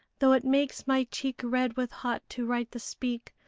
though it makes my cheek red with hot to write the speak,